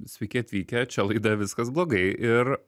sveiki atvykę čia laida viskas blogai ir